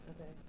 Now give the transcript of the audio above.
okay